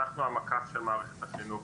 אנחנו המקף של מערכת החינוך,